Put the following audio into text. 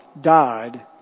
died